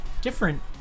different